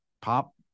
pop